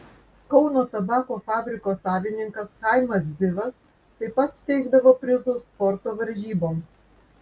kauno tabako fabriko savininkas chaimas zivas taip pat steigdavo prizus sporto varžyboms